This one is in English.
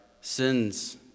sin's